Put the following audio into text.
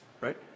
right